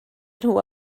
nhw